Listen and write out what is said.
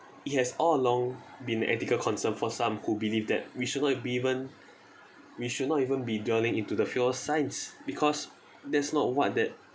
it has all along been ethical concern for some who believe that we should not be even we should not even be dwelling into the field of science because that's not what that